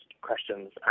questions